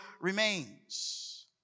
remains